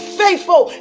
faithful